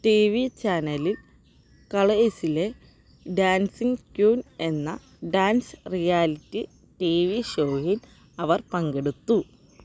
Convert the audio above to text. TV ചാനലിൽ കളേഴ്സിലെ dancing queen എന്ന ഡാൻസ് റിയാലിറ്റി ടിവി ഷോയിൽ അവർ പങ്കെടുത്തു